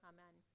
Amen